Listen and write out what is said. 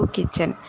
Kitchen